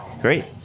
Great